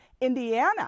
Indiana